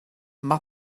mae